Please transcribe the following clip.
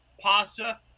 pasta